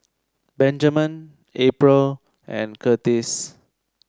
Benjamen April and Curtiss